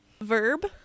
verb